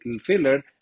filler